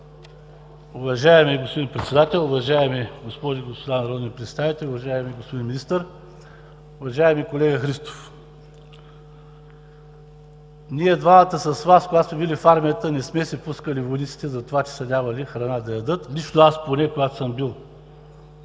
Уважаеми господин Председател, уважаеми госпожи и господа народни представители, уважаеми господин Министър, уважаеми колега Христов! Ние двамата с Вас, когато сме били в армията, не сме си пускали войниците затова, че са нямали храна да ядат. Лично аз поне, когато съм бил,